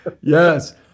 Yes